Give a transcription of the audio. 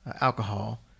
alcohol